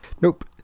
Nope